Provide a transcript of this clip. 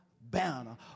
banner